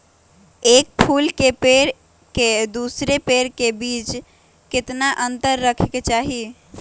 एक फुल के पेड़ के दूसरे पेड़ के बीज केतना अंतर रखके चाहि?